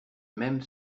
même